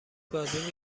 بازی